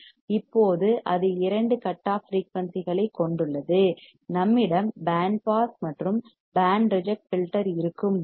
இப்போது அது இரண்டு கட் ஆஃப் ஃபிரீயூன்சிகளைக் கொண்டுள்ளது நம்மிடம் பேண்ட் பாஸ் மற்றும் பேண்ட் ரிஜெக்ட் ஃபில்டர் இருக்கும் போது